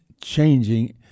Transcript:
changing